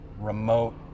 remote